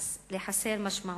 לחסר משמעות.